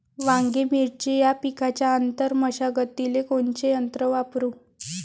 वांगे, मिरची या पिकाच्या आंतर मशागतीले कोनचे यंत्र वापरू?